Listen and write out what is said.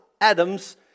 Adam's